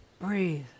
Breathe